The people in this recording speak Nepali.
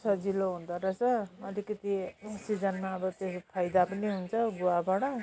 सजिलो हुँदो रहेछ अलिकति सिजनमा अब त्यो फाइदा पनि हुन्छ गुवाबाट